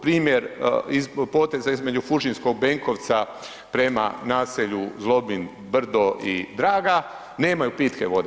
Primjer od poteza između Fužinskog Benkovca prema naselju Zlobin Brdo i Draga nemaju pitke vode.